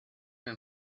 been